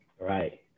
Right